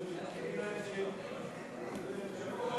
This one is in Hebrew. הזמן